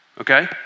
okay